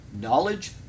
knowledge